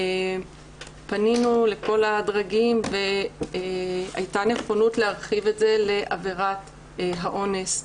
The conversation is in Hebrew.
פנינו לכל הדרגים והייתה נכונות להרחיב את זה לעבירת האונס.